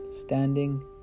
standing